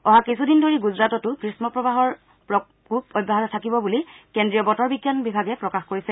অহা কিছুদিন ধৰি গুজৰাটতো গ্ৰীম্ম প্ৰৱাহৰ প্ৰকোপ অব্যাহত থাকিব বুলি কেন্দ্ৰীয় বতৰ বিজ্ঞান বিভাগে প্ৰকাশ কৰিছে